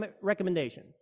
recommendation